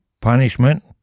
punishment